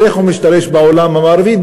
שהולך ומשתרש בעולם המערבי,